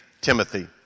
Timothy